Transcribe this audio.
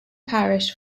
parish